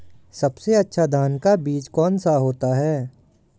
सबसे अच्छा धान का बीज कौन सा होता है?